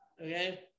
Okay